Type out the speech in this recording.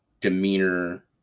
demeanor